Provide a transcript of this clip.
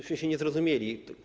Myśmy się nie zrozumieli.